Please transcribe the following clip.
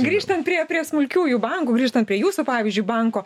grįžtant prie prie smulkiųjų bankų grįžtant prie jūsų pavyzdžių banko